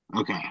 Okay